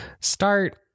start